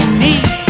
need